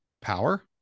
power